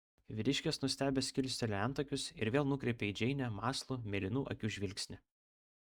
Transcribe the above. vyriškis nustebęs kilstelėjo antakius ir vėl nukreipė į džeinę mąslų mėlynų akių žvilgsnį